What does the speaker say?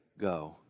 go